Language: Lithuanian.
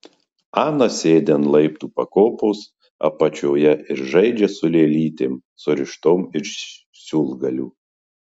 ana sėdi ant laiptų pakopos apačioje ir žaidžia su lėlytėm surištom iš siūlgalių